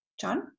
John